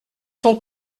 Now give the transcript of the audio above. sont